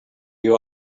you